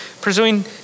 pursuing